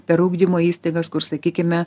per ugdymo įstaigas kur sakykime